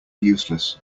useless